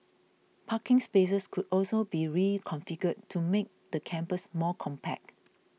parking spaces could also be reconfigured to make the campus more compact